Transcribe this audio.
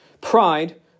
Pride